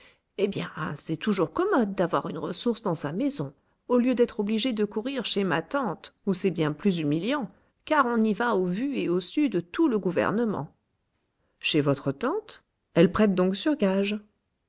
eh bien c'est toujours commode d'avoir une ressource dans sa maison au lieu d'être obligé de courir chez ma tante où c'est bien plus humiliant car on y va au vu et au su de tout le gouvernement chez votre tante elle prête donc sur gages